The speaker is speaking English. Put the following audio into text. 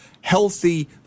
healthy